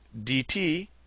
dt